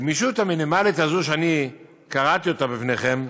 הגמישות המינימלית הזאת, שאני קראתי עליה לפניכם,